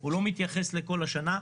הוא לא מתייחס לכל השנה.